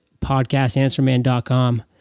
podcastanswerman.com